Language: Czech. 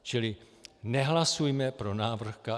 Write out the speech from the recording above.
Čili nehlasujme pro návrh KSČM.